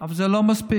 אבל זה לא מספיק.